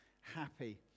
happy